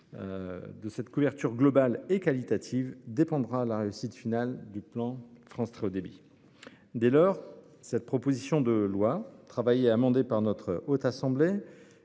De cette couverture globale et qualitative dépendra la réussite finale du plan France Très Haut Débit. Dès lors, la présente proposition de loi, examinée et amendée par notre Haute Assemblée,